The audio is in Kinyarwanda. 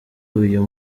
uyu